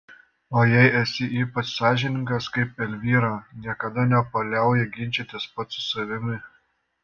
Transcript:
o jei esi ypač sąžiningas kaip elvyra niekada nepaliauji ginčytis pats su savimi